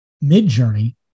mid-journey